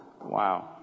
Wow